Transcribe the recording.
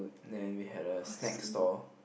then we had a snack stall